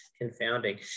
confounding